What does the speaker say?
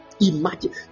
imagine